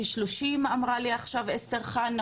30 אמרה לי עכשיו אסטרחן,